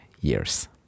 years